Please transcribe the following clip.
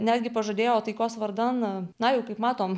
netgi pažadėjo taikos vardan na na jau kaip matom